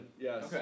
Yes